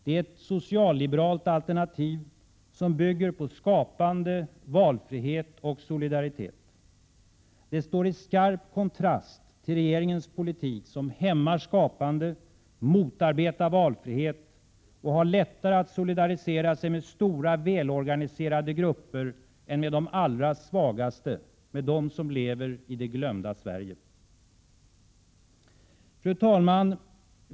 Det är ett socialliberalt alternativ som bygger på skapande, valfrihet och solidaritet. Det står i skarp kontrast till regeringens politik, som hämmar skapande, motarbetar valfrihet och har lättare att solidarisera sig med stora, välorganiserade grupper än med de allra svagaste, med dem som lever i det glömda Sverige. Fru talman!